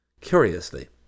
curiously